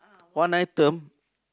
one item